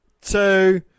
two